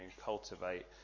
Cultivate